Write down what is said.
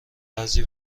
بعضی